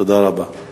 תודה רבה.